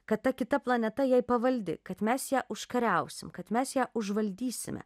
kad ta kita planeta jai pavaldi kad mes ją užkariausim kad mes ją užvaldysime